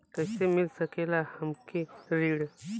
कइसे मिल सकेला हमके ऋण?